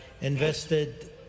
invested